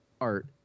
art